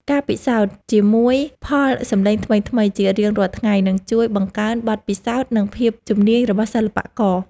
ការពិសោធន៍ជាមួយផលសំឡេងថ្មីៗជារៀងរាល់ថ្ងៃនឹងជួយបង្កើនបទពិសោធន៍ និង ភាពជំនាញរបស់សិល្បករ។